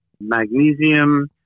magnesium